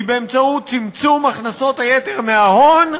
היא צמצום הכנסות-היתר מההון,